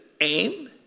aim